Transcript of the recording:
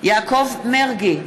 יעקב מרגי,